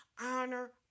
honor